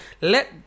Let